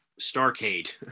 Starcade